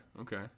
Okay